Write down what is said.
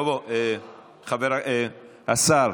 בוא, השר.